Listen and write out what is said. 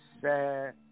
sad